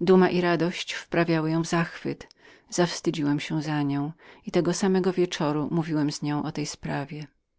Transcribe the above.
duma i radość wprawiały ją w zachwycenie zawstydziłem się za nią i tego samego wieczoru mówiłem z nią w tym